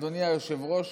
אדוני היושב-ראש,